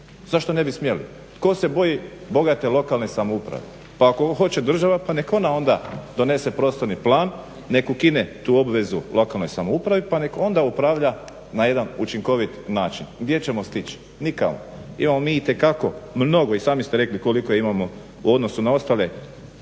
zašto ne bi smjeli? Tko se boji bogate lokalne samouprave? Pa ako hoće država pa nek ona onda donese prostorni plan, nek ukine tu obvezu lokalnoj samoupravi pa nek onda upravlja na jedan učinkovit način. Gdje ćemo stići? Nikamo. Imamo mi itekako mnogo, i sami ste rekli koliko imamo u odnosu na ostale